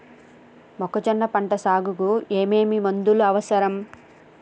మొక్కజొన్న పంట సాగుకు ఏమేమి మందులు అవసరం?